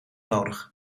nodig